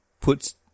puts